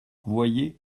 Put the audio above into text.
voyez